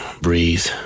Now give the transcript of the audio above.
breathe